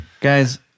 guys